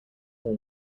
all